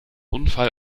unfall